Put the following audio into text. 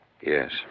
Yes